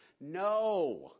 No